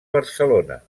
barcelona